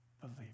believe